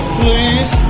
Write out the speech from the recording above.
please